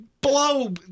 Blow